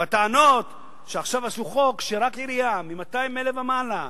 והטענות שעכשיו עשו חוק שרק עירייה של 200,000 ומעלה,